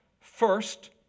first